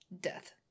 death